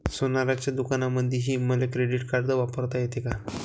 सोनाराच्या दुकानामंधीही मले क्रेडिट कार्ड वापरता येते का?